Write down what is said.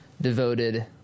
devoted